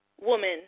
woman